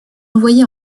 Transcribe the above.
envoyé